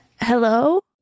Hello